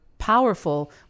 powerful